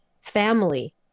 family